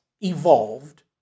evolved